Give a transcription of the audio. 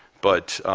but